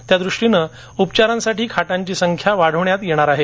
त्या दृष्टीने उपचारांसाठी खाटांची संख्या वाढवण्यात येणार आहे